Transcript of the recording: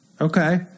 Okay